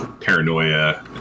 paranoia